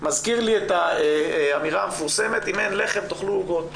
מזכיר לי את האמירה המפורסמת 'אם אין לחם תאכלו עוגות',